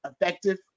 effective